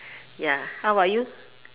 ya how about you